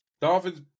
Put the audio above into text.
Dolphins